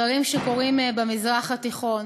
דברים שקורים במזרח התיכון.